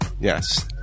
Yes